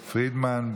פרידמן,